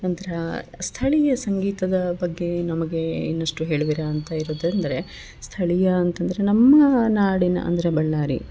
ನಂತರ ಸ್ಥಳೀಯ ಸಂಗೀತದ ಬಗ್ಗೆ ನಮಗೆ ಇನ್ನಷ್ಟು ಹೇಳುವಿರಾ ಅಂತ ಇರೋದು ಅಂದರೆ ಸ್ಥಳೀಯ ಅಂತಂದರೆ ನಮ್ಮ ನಾಡಿನ ಅಂದರೆ ಬಳ್ಳಾರಿ